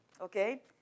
okay